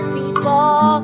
people